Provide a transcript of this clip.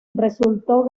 resultó